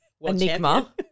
enigma